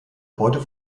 beute